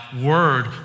word